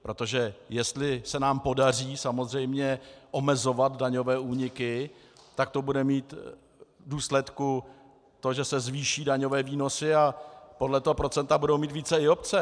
Protože jestli se nám podaří samozřejmě omezovat daňové úniky, tak to bude mít za důsledek to, že se zvýší daňové výnosy a podle toho procenta budou mít více i obce.